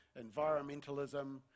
environmentalism